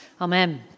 Amen